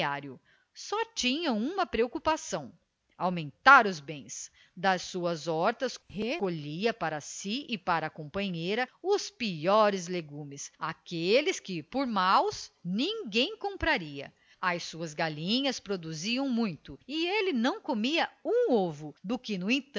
pecuniário só tinha uma preocupação aumentar os bens das suas hortas recolhia para si e para a companheira os piores legumes aqueles que por maus ninguém compraria as suas galinhas produziam muito e ele não comia um ovo do que